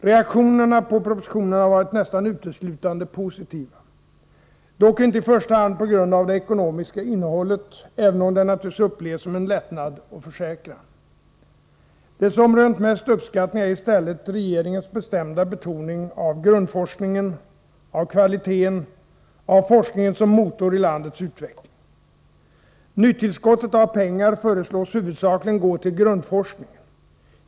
Reaktionerna på propositionen har varit nästan uteslutande positiva, dock. inte i första hand på grund av det ekonomiska innehållet — även om det naturligtvis upplevs som en lättnad och försäkran. Det som rönt mest uppskattning är i stället regeringens bestämda betoning av forskningen som motor i landets utveckling. Nytillskottet av pengar föreslås huvudsakligen gå till grundforskningen.